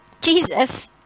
Jesus